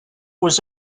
was